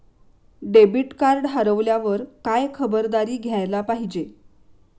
Debit card हरवल्यावर काय खबरदारी घ्यायला पाहिजे?